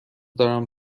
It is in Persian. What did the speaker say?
دارم